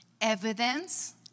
evidence